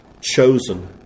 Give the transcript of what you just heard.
chosen